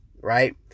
right